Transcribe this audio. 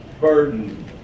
burden